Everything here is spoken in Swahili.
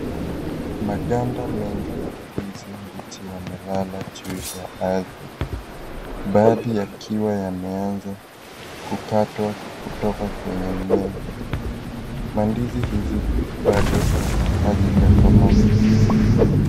Maganda mengi ya ndizi mbichi, yamelala juu ya ardhi, baadhi yakiwa yameanza kukatwa kutoka kwenye mmea. Na ndizi hizi, bado hazijakomaa.